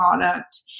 product